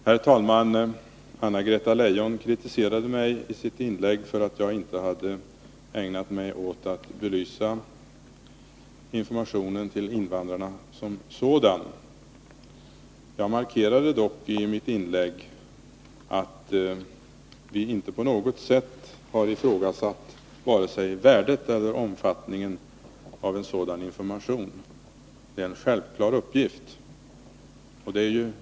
Herr talman! Anna-Greta Leijon kritiserade mig för att jag inte hade ägnat mig åt att belysa informationen till invandrarna som sådan. Jag markerade dock i mitt inlägg att vi inte på något sätt har ifrågasatt vare sig värdet eller omfattningen av en sådan information. Att ge den är en självklar uppgift.